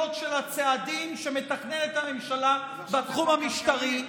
של הצעדים שמתכננת הממשלה בתחום המשטרי,